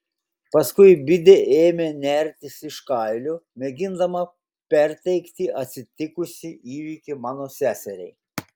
paskui bidė ėmė nertis iš kailio mėgindama perteikti atsitikusį įvykį mano seseriai